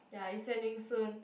ya it's ending soon